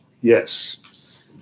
Yes